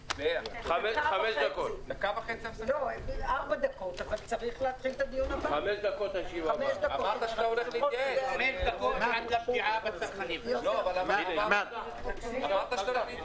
11:02.